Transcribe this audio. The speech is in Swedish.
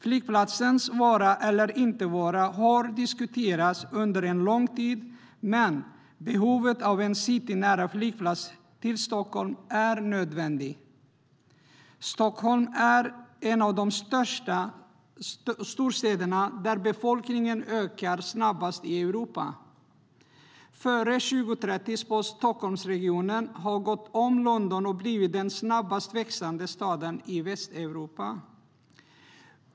Flygplatsens vara eller inte vara har diskuterats under en lång tid, men en citynära flygplats i anslutning till Stockholm är nödvändig. Stockholm är en av de storstäder där befolkningen ökar snabbast i Europa. Före 2030 spås Stockholmsregionen ha gått om London och blivit den snabbast växande staden i Västeuropa.